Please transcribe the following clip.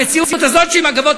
המציאות הזאת,